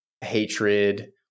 hatred